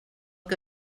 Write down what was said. que